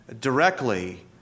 directly